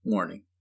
Warning